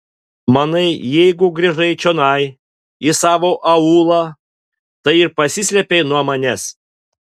manai jeigu grįžai čionai į savo aūlą tai ir pasislėpei nuo manęs